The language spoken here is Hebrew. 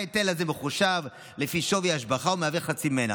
ההיטל הזה מחושב לפי שווי ההשבחה ומהווה חצי ממנה.